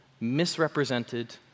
misrepresented